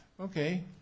Okay